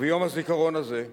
וביום הזיכרון הזה,